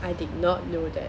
I did not know that